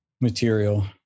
material